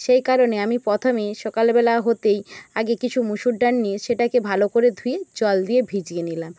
সেই কারণে আমি প্রথমেই সকালবেলা হতেই আগে কিছু মুসুর ডাল নিয়ে সেটাকে ভালো করে ধুয়ে জল দিয়ে ভিজিয়ে নিলাম